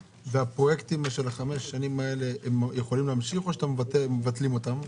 --- והפרויקטים של החמש אתה ממשיך או שמבטלים אותם?